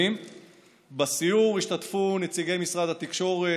בסיור השתתפו נציגי משרד התקשורת,